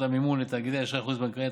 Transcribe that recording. המימון לתאגידי אשראי חוץ בנקאי),